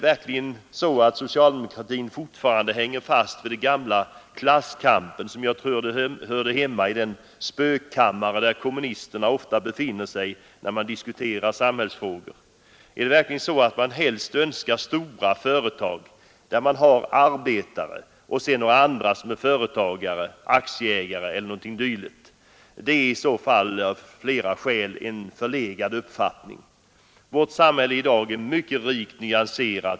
Hänger socialdemokratin fortfarande fast vid den gamla klasskampen, som jag trodde hörde hemma i den spökkammare där kommunisterna ofta befinner sig när man diskuterar samhällsfrågor? Är det verkligen så att socialdemokratin helst önskar stora företag, där man har många arbetare, och sedan några andra som är företagare, aktieägare eller något dylikt? Av flera skäl är detta i så fall en förlegad uppfattning. Vårt samhälle är i dag mycket rikt nyanserat.